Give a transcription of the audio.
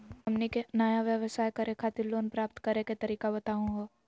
हमनी के नया व्यवसाय करै खातिर लोन प्राप्त करै के तरीका बताहु हो?